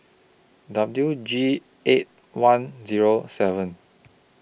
W G eight one Zero seven